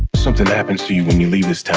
something happens to you when you leave this time.